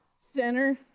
center